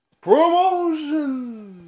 promotion